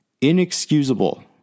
inexcusable